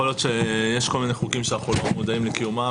יכול להיות שיש כל מיני חוקים שאנחנו לא מודעים לקיומם,